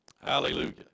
Hallelujah